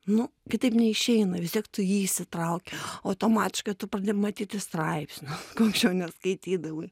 nu kitaip neišeina vis tiek tu į jį įsitrauki automatiškai tu pradedi matyti straipsnius ko anksčiau neskaitydavai